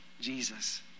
Jesus